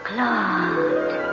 Claude